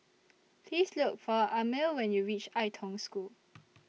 Please Look For Amil when YOU REACH Ai Tong School